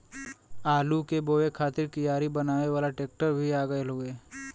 आलू के बोए खातिर कियारी बनावे वाला ट्रेक्टर भी आ गयल हउवे